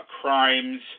crimes